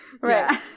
Right